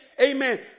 amen